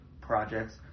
projects